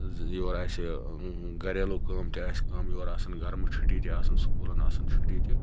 یور آسہِ گَریلو کٲم تہِ آسہِ کِم یورٕ آسَن گَرمہٕ چھُٹی تہِ آسَن سُکوٗلَن آسن چھُٹی تہِ